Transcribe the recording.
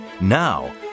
Now